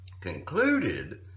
concluded